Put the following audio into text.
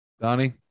Donnie